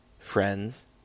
Friends